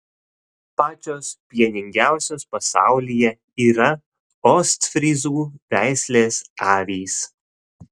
pačios pieningiausios pasaulyje yra ostfryzų veislės avys